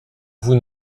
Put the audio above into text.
vous